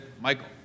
Michael